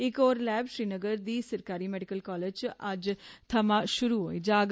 इक होर लैब श्रीनगर दी सरकारी मैडिकल कालेज च अज्ज थमां श्रु होई जाग